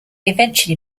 eventually